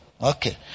okay